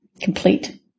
complete